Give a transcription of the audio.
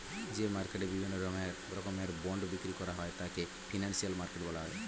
যে মার্কেটে বিভিন্ন রকমের বন্ড বিক্রি করা হয় তাকে ফিনান্সিয়াল মার্কেট বলা হয়